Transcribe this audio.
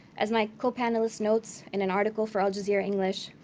as my co-panelist notes in an article for al jazeera english,